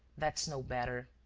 that's no better.